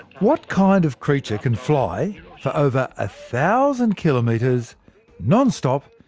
what kind of creature can fly for over a thousand kilometres non-stop,